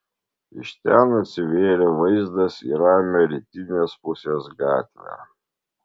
iš ten atsivėrė vaizdas į ramią rytinės pusės gatvę